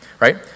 right